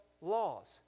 laws